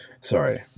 Sorry